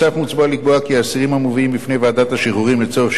מוצע לקבוע כי אסירים המובאים בפני ועדת השחרורים לצורך שחרור